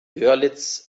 görlitz